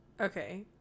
okay